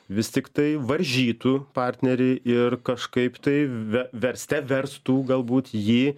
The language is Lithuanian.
vis tiktai varžytų partnerį ir kažkaip tai ve verste verstų galbūt ji